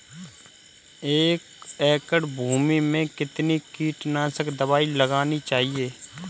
एक एकड़ भूमि में कितनी कीटनाशक दबाई लगानी चाहिए?